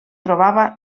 trobava